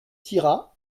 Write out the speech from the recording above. tira